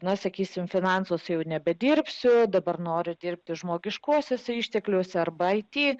na sakysime finansus jau nebedirbsiu dabar noriu dirbti žmogiškuosiuose ištekliuose arba ateityje